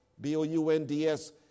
B-O-U-N-D-S